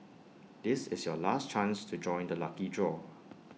this is your last chance to join the lucky draw